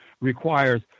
requires